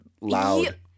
loud